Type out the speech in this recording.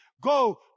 Go